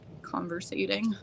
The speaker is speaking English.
conversating